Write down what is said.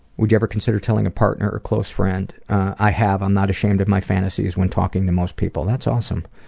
would you ever consider telling a partner or close friend? i have. i'm not ashamed of my fantasies when talking to most people. that's awesome.